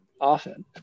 often